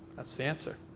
that's the answer.